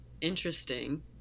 interesting